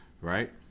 Right